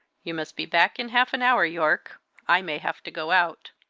you must be back in half an hour, yorke i may have to go out.